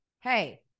hey